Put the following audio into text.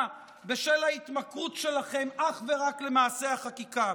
בשל ההתמכרות שלכם אך ורק למעשה החקיקה,